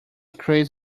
chris